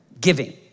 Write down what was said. giving